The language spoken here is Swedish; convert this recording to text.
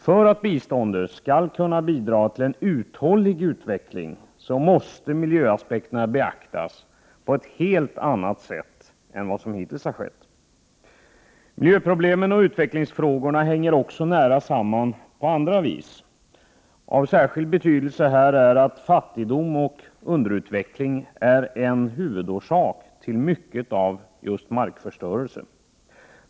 För att biståndet skall kunna bidra till en uthållig utveckling måste miljöaspekterna beaktas på ett helt annat sätt än vad som hittills skett. Miljöproblemen och utvecklingsfrågorna hänger också nära samman på andra vis. Av särskilt stor betydelse är att fattigdom och underutveckling är en huvudorsak till mycket av just markförstörelsen.